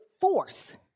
force